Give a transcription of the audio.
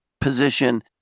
position